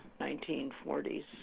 1940s